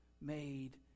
made